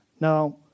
Now